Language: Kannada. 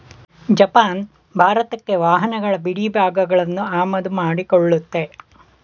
ಜಪಾನ್ ಭಾರತಕ್ಕೆ ವಾಹನಗಳ ಬಿಡಿಭಾಗಗಳನ್ನು ಆಮದು ಮಾಡಿಕೊಳ್ಳುತ್ತೆ